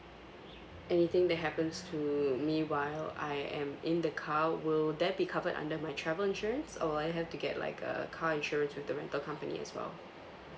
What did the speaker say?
anything that happens to me while I am in the car will that be covered under my travel insurance or I have to get like a car insurance with the rental company as well